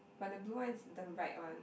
but the blue one is the right one